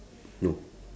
no